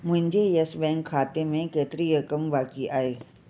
मुंहिंजे येसबैंक खाते में केतिरी रक़म बाक़ी आहे